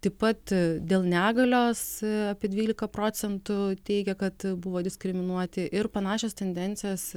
taip pat dėl negalios apie dvylika procentų teigia kad buvo diskriminuoti ir panašios tendencijos